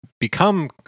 become